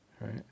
right